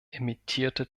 emittierte